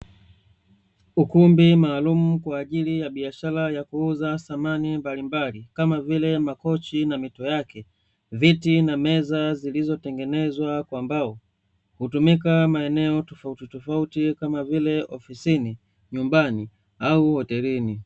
Ukumbi maalumu kwa ajili ya biashara ya kuuza samani mbalimbali kama vile makochi na mito yake, viti na meza zilizotengenezwa kwa mbao hutumika maeneo tofautitofauti kama vile ofisini, nyumban au hotelini.